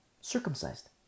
Circumcised